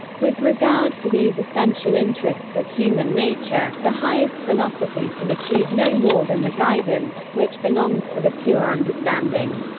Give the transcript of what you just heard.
with regard to these essential interests of human nature, the highest philosophy can achieve no more than the guidance, which belongs to the pure understanding.